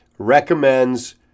recommends